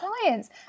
clients